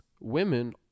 women